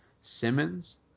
Simmons